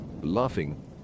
Laughing